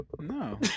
No